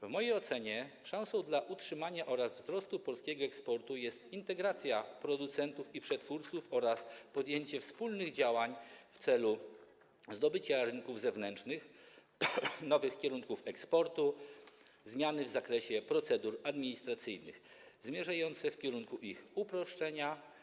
W mojej ocenie szansą dla utrzymania oraz wzrostu polskiego eksportu jest integracja producentów i przetwórców oraz podjęcie wspólnych działań w celu: zdobycia rynków zewnętrznych, nowych kierunków eksportu i zmian w zakresie procedur administracyjnych, zmierzających w kierunku ich uproszczenia.